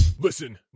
listen